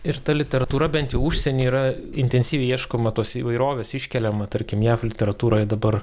ir ta literatūra bent jau užsienyje yra intensyviai ieškoma tos įvairovės iškeliama tarkim jav literatūroje dabar